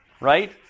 Right